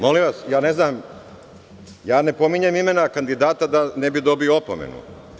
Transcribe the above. Molim vas, ja ne pominjem imena kandidata da ne bih dobio opomenu.